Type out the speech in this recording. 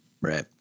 Right